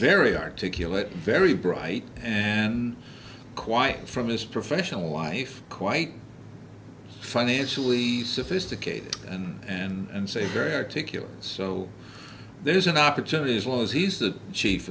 very articulate very bright and quiet from his professional life quite financially sophisticated and say very articulate so there's an opportunity as long as he's the chief